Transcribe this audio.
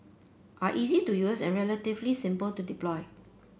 are easy to use and relatively simple to deploy